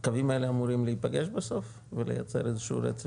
הקווים האלה אמורים להיפגש בסוף ולייצר איזשהו רצף?